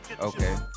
okay